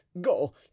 go